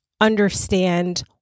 understand